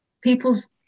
people's